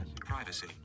Privacy